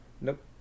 Nope